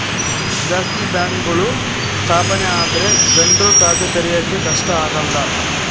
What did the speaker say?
ಜಾಸ್ತಿ ಬ್ಯಾಂಕ್ಗಳು ಸ್ಥಾಪನೆ ಆದ್ರೆ ಜನ್ರು ಖಾತೆ ತೆರಿಯಕ್ಕೆ ಕಷ್ಟ ಆಗಲ್ಲ